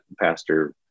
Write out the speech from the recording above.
pastor